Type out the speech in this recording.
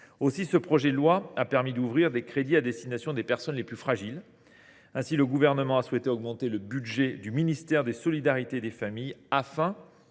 Corse. Le projet de loi permet aussi d’ouvrir des crédits à destination des personnes les plus fragiles. Ainsi, le Gouvernement a souhaité augmenter le budget du ministère des solidarités et des familles afin de